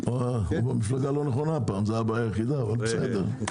במפלגה הלא נכונה, זו הבעיה היחידה.